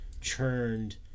churned